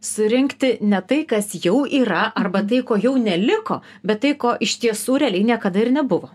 surinkti ne tai kas jau yra arba tai ko jau neliko bet tai ko iš tiesų realiai niekada ir nebuvo